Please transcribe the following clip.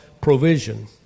provision